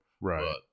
Right